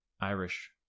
irish